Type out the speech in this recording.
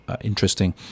interesting